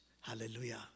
Hallelujah